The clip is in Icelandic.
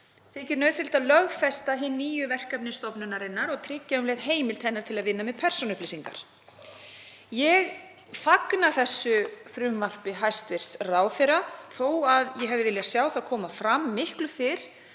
hennar þykir nauðsynlegt að lögfesta hin nýju verkefni stofnunarinnar og tryggja um leið heimild hennar til að vinna með persónuupplýsingar. Ég fagna þessu frumvarpi hæstv. ráðherra þó að ég hefði viljað sjá það koma fram miklu fyrr